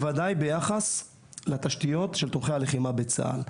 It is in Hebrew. ובוודאי ביחס לתשתיות של תומכי הלחימה בצה"ל.